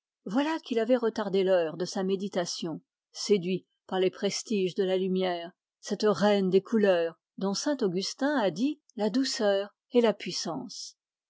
voilà qu'il avait retardé l'heure de sa méditation séduit par les prestiges de la lumière cette reine des couleurs dont saint augustin a dit la douceur et la puissance